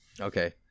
okay